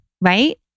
right